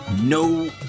no